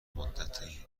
مدتی